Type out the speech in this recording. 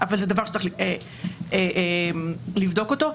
זה דבר שצריך לבדוק אותו.